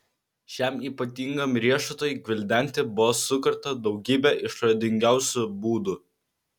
šiam ypatingam riešutui gvildenti buvo sukurta daugybė išradingiausių būdų